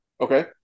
Okay